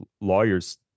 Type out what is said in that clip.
lawyers